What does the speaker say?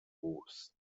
bois